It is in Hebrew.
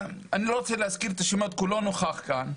אני לא רוצה להזכיר את השמות כי הוא לא נוכח כאן,